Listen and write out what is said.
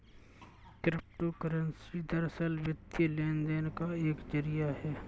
crypto currency दरअसल, वित्तीय लेन देन का एक जरिया है